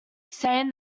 saying